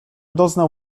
doznał